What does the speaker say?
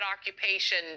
occupation